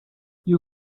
you